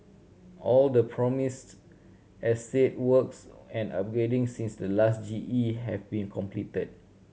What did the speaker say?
all the promised estate works and upgrading since the last G E have been completed